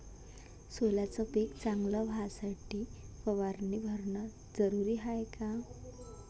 सोल्याचं पिक चांगलं व्हासाठी फवारणी भरनं जरुरी हाये का?